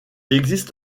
existe